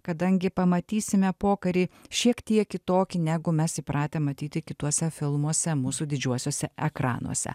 kadangi pamatysime pokarį šiek tiek kitokį negu mes įpratę matyti kituose filmuose mūsų didžiuosiuose ekranuose